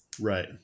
Right